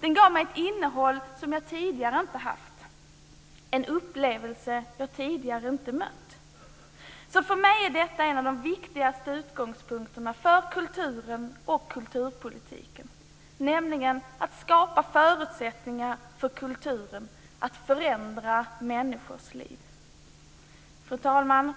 Det gav mig ett innehåll som jag tidigare inte haft och en upplevelse jag tidigare inte mött. För mig är detta en av de viktigaste utgångspunkterna för kulturen och kulturpolitiken, nämligen att skapa förutsättningar för kulturen att förändra människors liv. Fru talman!